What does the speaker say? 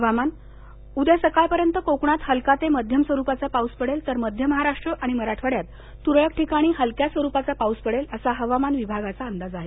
हवामान उद्या सकाळपर्यंत कोकणात हलका ते मध्यम स्वरुपाचा पाऊस पडेल तर मध्य महाराष्ट्र आणि मराठवाड्यात तुरळक ठिकाणी हलक्या स्वरुपाचा पाऊस पडेल असा हवामान विभागाचा अंदाज आहे